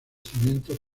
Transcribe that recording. cimientos